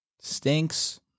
Stinks